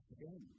again